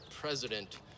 president